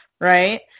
right